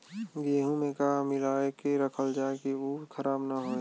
गेहूँ में का मिलाके रखल जाता कि उ खराब न हो?